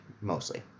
mostly